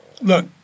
look